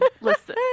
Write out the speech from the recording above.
Listen